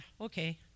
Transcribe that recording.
okay